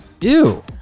Ew